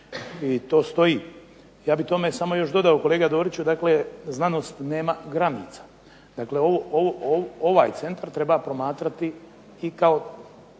i to stoji. Ja bih tome samo još dodao kolega Doriću, dakle znanost nema granica. Dakle, ovaj centar treba promatrati i kao